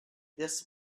this